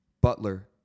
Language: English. Butler